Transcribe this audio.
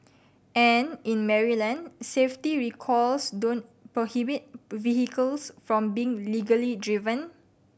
and in Maryland safety recalls don't prohibit vehicles from being legally driven